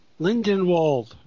Lindenwald